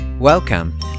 Welcome